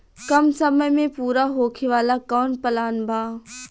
कम समय में पूरा होखे वाला कवन प्लान बा?